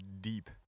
deep